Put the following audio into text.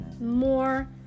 more